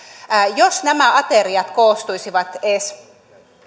jos nämä ateriat koostuisivat edes